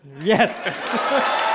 Yes